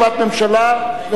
שעליה לא תהיה תשובת הממשלה,